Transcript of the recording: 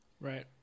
Right